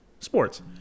Sports